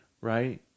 right